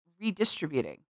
redistributing